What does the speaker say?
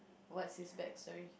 what's his backstory